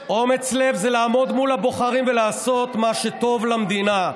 אומץ לב זה לעמוד מול הבוחרים ולעשות מה שטוב למדינה.